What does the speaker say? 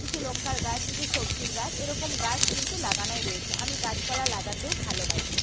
কিছু লঙ্কার গাছ কিছু সবজির গাছ এরকম গাছ কিন্তু লাগানোই রয়েছে আমি গাছপালা লাগাতেও ভালোবাসি